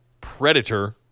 Predator